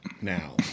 now